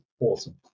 awesome